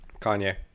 Kanye